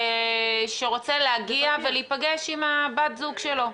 שרוצה להגיע ולהיפגש עם בת הזוג שלו.